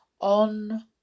on